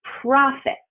profit